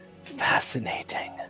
fascinating